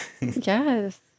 Yes